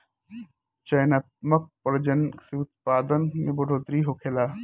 चयनात्मक प्रजनन से उत्पादन में बढ़ोतरी होखेला